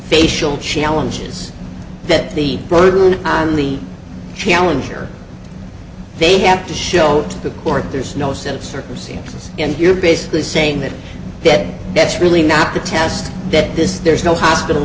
facial challenges that the burden is on the challenger they have to show to the court there's no set of circumstances and you're basically saying that dead that's really not the test that this there's no hospital